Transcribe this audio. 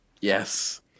Yes